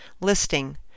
Listing